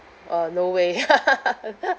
uh no way